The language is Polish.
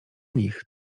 nich